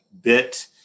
bit